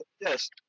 Yes